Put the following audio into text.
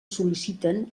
sol·liciten